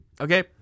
okay